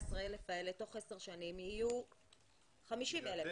ה-14,000 האלה תוך 10 שנים יהיו 50,000. בגלל זה